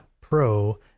pro